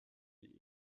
die